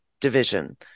division